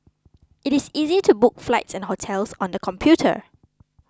it is easy to book flights and hotels on the computer